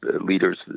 leaders